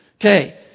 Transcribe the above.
Okay